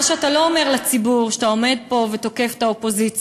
מה שאתה לא אומר לציבור כשאתה עומד פה ותוקף את האופוזיציה,